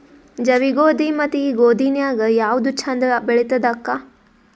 ಜವಿ ಗೋಧಿ ಮತ್ತ ಈ ಗೋಧಿ ನ್ಯಾಗ ಯಾವ್ದು ಛಂದ ಬೆಳಿತದ ಅಕ್ಕಾ?